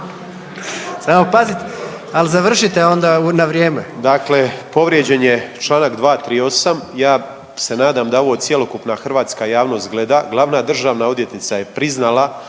Samo pazite, ali završite onda na vrijeme. **Grmoja, Nikola (MOST)** Dakle povrijeđen je čl. 238, ja se nadam da ovo cjelokupna hrvatska javnost gleda, glavna državna odvjetnica je priznala